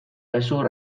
hezur